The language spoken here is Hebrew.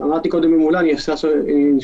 חברים, אתם מערבים בין שתי שאלות.